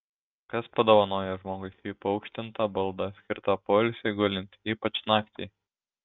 kas padovanojo žmogui šį paaukštintą baldą skirtą poilsiui gulint ypač naktį